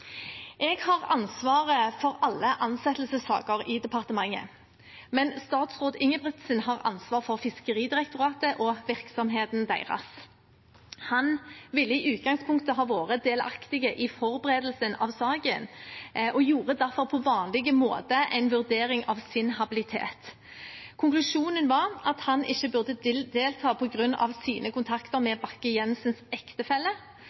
Jeg har ansvaret for alle ansettelsessaker i departementet, men statsråd Ingebrigtsen har ansvaret for Fiskeridirektoratet og virksomheten deres. Han ville i utgangspunktet ha vært delaktig i forberedelsen av saken og gjorde derfor på vanlig måte en vurdering av sin habilitet. Konklusjonen var at han ikke burde delta på grunn av sine kontakter med Bakke-Jensens ektefelle,